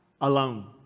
alone